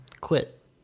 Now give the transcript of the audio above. quit